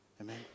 Amen